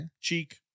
Cheek